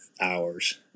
hours